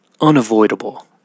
unavoidable